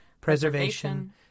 preservation